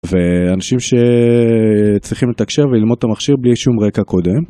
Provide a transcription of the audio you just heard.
ואנשים שצריכים לתקשר וללמוד את המכשיר בלי שום רקע קודם.